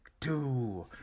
two